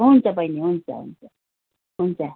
हुन्छ बहिनी हुन्छ हुन्छ हुन्छ